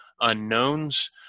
unknowns